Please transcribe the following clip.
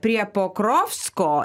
prie pokrovsko